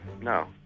No